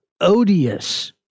odious